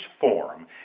form